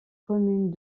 communes